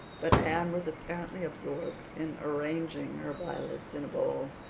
but anne was apparently absorbed in arranging her violets in a bowl.